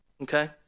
Okay